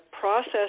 process